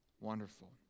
Wonderful